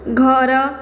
ଘର